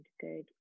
good